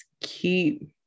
keep